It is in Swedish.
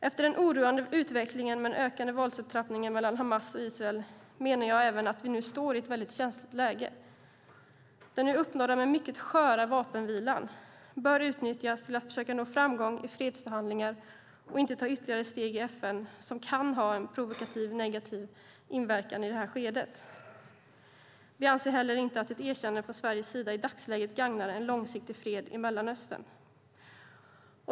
Efter den oroande utvecklingen med ökad våldsupptrappning mellan Hamas och Israel menar jag även att vi nu står i ett väldigt känsligt läge. Den nu uppnådda men mycket sköra vapenvilan bör utnyttjas till att försöka nå framgång i fredsförhandlingar och inte till att ta ytterligare steg i FN, vilket snarare kan ha en provokativ, negativ verkan i det här skedet. Vi anser heller inte att ett erkännande från Sveriges sida i dagsläget gagnar en långsiktig fred i Mellanöstern.